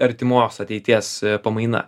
artimos ateities pamaina